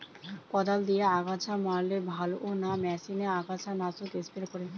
কদাল দিয়ে আগাছা মারলে ভালো না মেশিনে আগাছা নাশক স্প্রে করে?